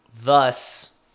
thus